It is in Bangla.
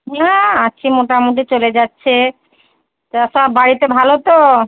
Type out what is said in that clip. হ্যাঁ আছি মোটামোটি চলে যাচ্ছে তা সব বাড়িতে ভালো তো